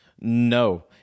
No